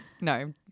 no